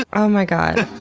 ah oh my god.